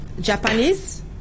Japanese